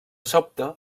sobte